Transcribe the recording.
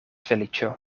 feliĉo